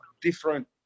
different